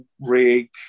rig